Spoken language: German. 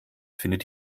findet